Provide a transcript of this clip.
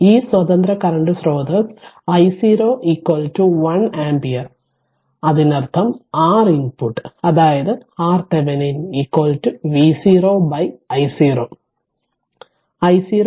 ഈ സ്വതന്ത്ര കറന്റ് സ്രോതസ്സ് i0 1 ആമ്പിയർ അതിനർത്ഥം R input അതായത് RThevenin V0 i0 i0 1 ampere എടുക്കും